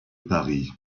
paris